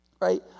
Right